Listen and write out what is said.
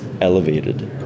elevated